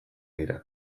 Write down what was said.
dira